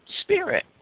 spirit